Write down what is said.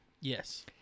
Yes